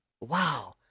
Wow